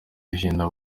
hino